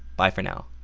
bi for now.